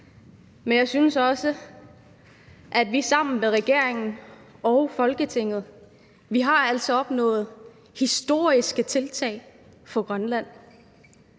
men jeg synes også, at vi sammen med regeringen og Folketinget altså har opnået historiske tiltag for Grønland.